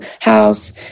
house